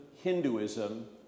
Hinduism